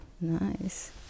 nice